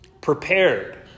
prepared